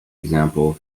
example